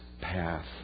path